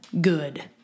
good